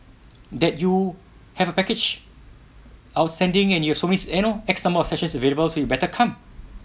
that you have a package outstanding and you so miss eh you know x amount of sessions available so you better come